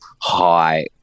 high